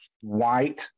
white